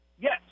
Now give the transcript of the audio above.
Yes